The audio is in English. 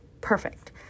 perfect